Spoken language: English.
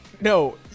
No